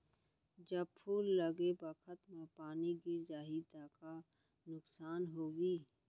जब फूल लगे बखत म पानी गिर जाही त का नुकसान होगी?